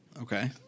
Okay